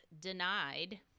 denied